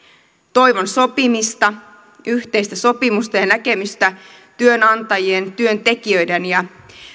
toivon sopimista yhteistä sopimusta ja näkemystä työnantajien työntekijöiden ja